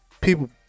people